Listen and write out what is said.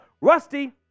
Rusty